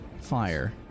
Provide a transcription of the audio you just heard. fire